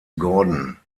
gordon